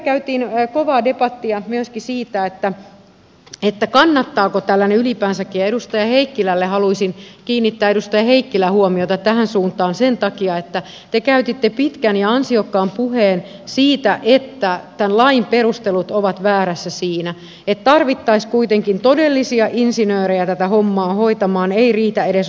vielä käytiin kovaa debattia myöskin siitä kannattaako tällainen ylipäänsäkään ja haluaisin kiinnittää edustaja heikkilän huomiota tähän suuntaan sen takia että te käytitte pitkän ja ansiokkaan puheen siitä että tämän lain perustelut ovat väärässä siinä että tarvittaisiin kuitenkin todellisia insinöörejä tätä hommaa hoitamaan ei riitä edes rakennusmestari